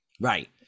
Right